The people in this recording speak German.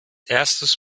erstes